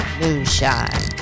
moonshine